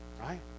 Right